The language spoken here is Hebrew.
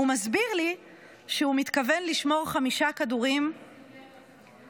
הוא מסביר לי שהוא מתכוון לשמור חמישה כדורים באקדח,